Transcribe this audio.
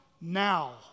now